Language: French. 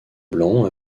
blanc